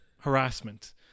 harassment